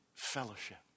fellowship